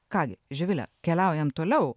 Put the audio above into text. ką gi živile keliaujam toliau